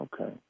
Okay